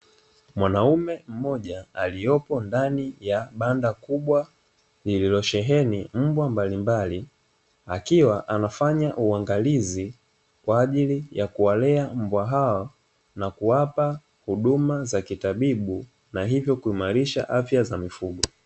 Mwanaume mmoja aliopo ndani ya banda kubwa lililosheheni mbwa mbalimbali, akiwa anafanya uangalizi kwa ajili ya kuwalea mbwa hao na kuwapa huduma za kitabibu, na hivyo kuimarisha afya za mifugo.